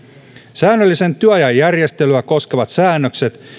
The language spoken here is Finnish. säännöllisen työajan järjestelyä koskevat säännökset